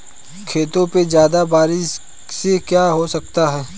खेतों पे ज्यादा बारिश से क्या हो सकता है?